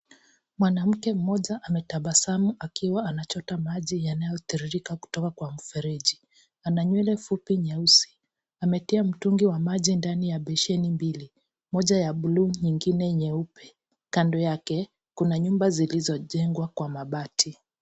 Mwanamke moja ametabasamu akiwa anachota maji yanayotiririka kutoka kwa mfereji. Ana nywele fupi nyeusi ametia mtungi ya maji ndani ya besheni mbili moja ya buluu ingine ya nyeupe. Kando yake kuna nyumba zilizojengwa kwa mabati.